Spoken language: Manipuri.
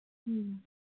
ꯎꯝ